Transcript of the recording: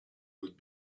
would